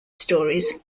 stories